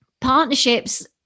partnerships